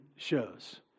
Shows